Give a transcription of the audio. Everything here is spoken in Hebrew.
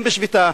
הם בשביתה,